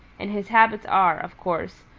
and his habits are, of course,